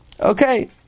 Okay